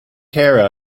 care